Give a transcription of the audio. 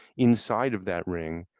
inside of that ring,